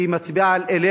כי היא מצביעה על אלרגיה,